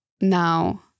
now